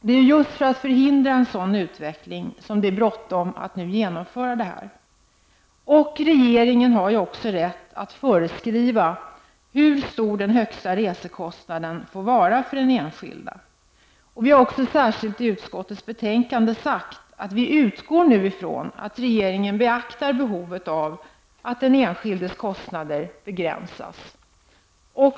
Det är ju just för att förhindra en sådan utveckling som det är bråttom att genomföra det här förslaget. Regeringen har ju också rätt att föreskriva hur stor den högsta resekostnaden får vara för den enskilde. Och vi har också i utskottets betänkande särskilt sagt att vi utgår från att regeringen beaktar behovet av att den enskildes kostnader begränsas.